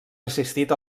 assistit